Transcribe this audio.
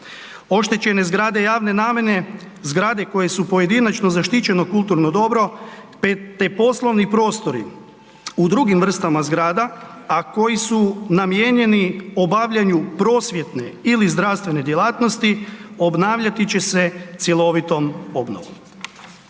Oštećene zgrade javne namjene, zgrade koje su pojedinačno zaštićeno kulturno dobro te poslovni prostori u drugim vrstama zgrada, a koji su namijenjeni obavljanju prosvjetne ili zdravstvene djelatnosti obnavljati će se cjelovitom obnovom.